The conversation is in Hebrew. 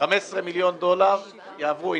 15 מיליון דולר יעברו.